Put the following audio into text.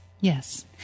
Yes